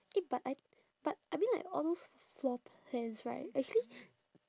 eh but I but I mean like all those floor plans right actually